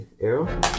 arrow